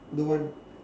that one